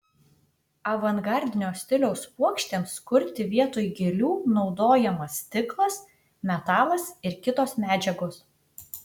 avangardinio stiliaus puokštėms kurti vietoj gėlių naudojamas stiklas metalas ir kitos medžiagos